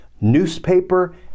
newspaper